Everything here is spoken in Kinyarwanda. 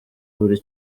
buri